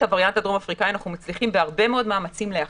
את הווריאנט הדרום אפריקאי אנחנו מצליחים בהרבה מאוד מאמצים להכיל.